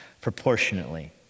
proportionately